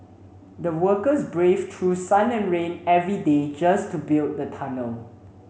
the workers braved through sun and rain every day just to build the tunnel